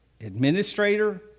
administrator